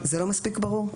זה לא מספיק ברור?